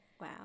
wow